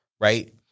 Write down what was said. right